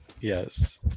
Yes